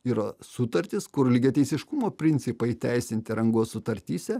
yra sutartys kur lygiateisiškumo principai įteisinti rangos sutartyse